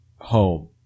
home